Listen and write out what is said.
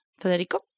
Federico